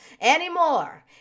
anymore